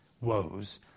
woes